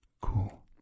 cool